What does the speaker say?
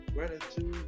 Gratitude